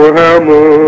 hammer